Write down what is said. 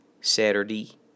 Saturday